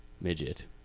Midget